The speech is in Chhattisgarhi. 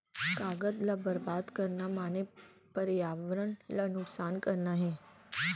कागद ल बरबाद करना माने परयावरन ल नुकसान करना हे